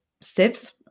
sieves